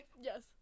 Yes